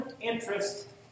interest